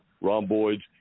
rhomboids